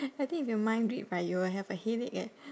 I think if you mind read but you will have a headache eh